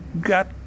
got